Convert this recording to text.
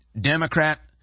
Democrat